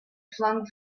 flung